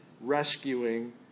rescuing